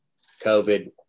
COVID